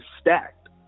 stacked